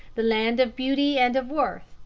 the land of beauty and of worth,